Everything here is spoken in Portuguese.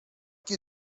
que